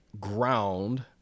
ground